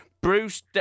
bruce